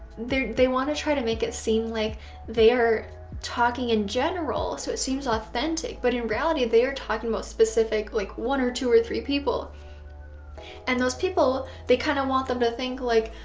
they they want to try to make it seem like they are talking in general so it seems authentic. but in reality, they are talking about specific like one or two or three people and those people they kind of want them to think like,